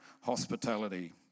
hospitality